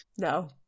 no